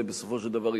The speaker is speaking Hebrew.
בסופו של דבר,